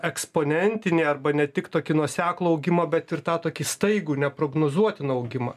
eksponentinį arba ne tik tokį nuoseklų augimą bet ir tą tokį staigų neprognozuotiną augimą